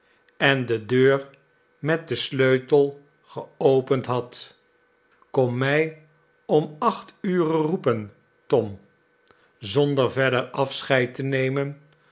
en de deur met den sleutel geopend had kom mij om acht ure roepen tom zonder verder afscheid te nemen